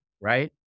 right